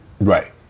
Right